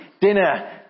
dinner